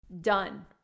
done